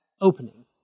Opening